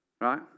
Right